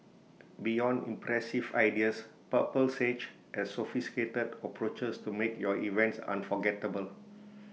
beyond impressive ideas purple sage has sophisticated approaches to make your events unforgettable